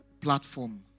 platform